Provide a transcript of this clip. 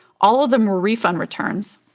all of them were refund returns.